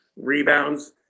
rebounds